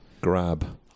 grab